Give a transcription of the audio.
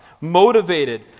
motivated